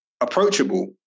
approachable